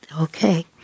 okay